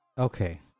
Okay